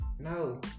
No